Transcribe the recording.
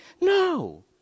No